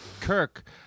Kirk